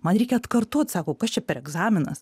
man reikia atkartot sako kas čia per egzaminas